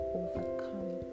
overcome